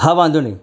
હા વાંધો નહીં